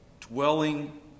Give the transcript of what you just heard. dwelling